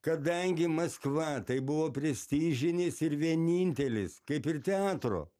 kadangi maskva tai buvo prestižinis ir vienintelis kaip ir teatro